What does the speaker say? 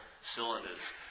cylinders